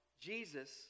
Jesus